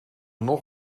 nog